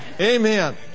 Amen